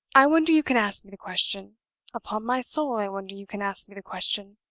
i wonder you can ask me the question upon my soul, i wonder you can ask me the question!